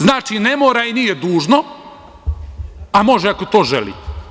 Znači, ne mora i nije dužno, a može ako to želi.